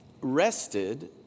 rested